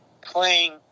playing –